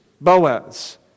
Boaz